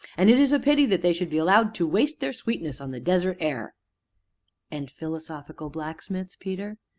and it is a pity that they should be allowed to waste their sweetness on the desert air and philosophical blacksmiths, peter?